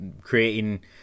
creating